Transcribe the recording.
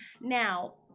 now